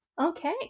Okay